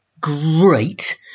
great